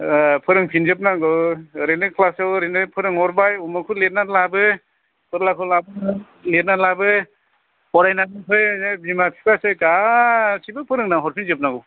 फोरोंफिनजोबनांगौ ओरैनो क्लासाव ओरैनो फोरोंहरबाय उमुगखौ लिरनानै लाबो फोरलाखौ लाबो लिरनानै लाबो फरायनानै फै ओजों बिमा बिफायासो गासैबो फोरोंनानै हरफिन जोबनांगौ